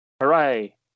Hooray